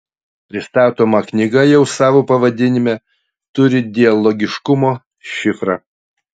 pristatoma knyga jau savo pavadinime turi dialogiškumo šifrą